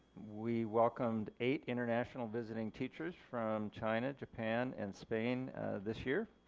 we welcomed eight international visiting teachers from china, japan and spain this year.